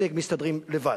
אלה מסתדרים לבד,